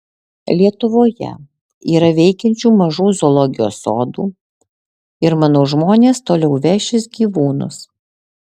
lietuvoje yra veikiančių mažų zoologijos sodų ir manau žmonės toliau vešis gyvūnus